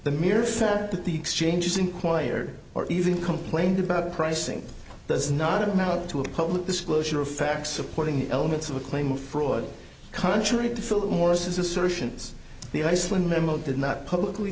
the mere fact that the exchanges inquired or even complained about pricing does not amount to a public disclosure of facts supporting the elements of a claim of fraud contrary to philip morris assertions the iceland memo did not publicly